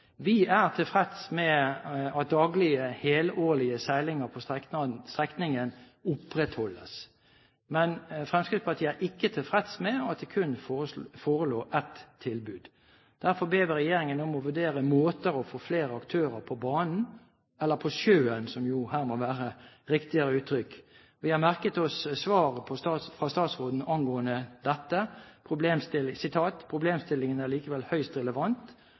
Vi er tilfreds med at daglige, helårlige seilinger på strekningen opprettholdes. Men Fremskrittspartiet er ikke tilfreds med at det kun forelå ett tilbud. Derfor ber vi regjeringen om å vurdere måter å få flere aktører på banen, eller på sjøen, som jo her må være et riktigere uttrykk. Vi har merket oss svaret fra statsråden angående dette: «Problemstillingen er likevel høyst relevant